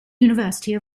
university